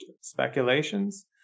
speculations